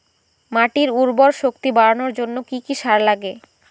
মাটির উর্বর শক্তি বাড়ানোর জন্য কি কি সার লাগে?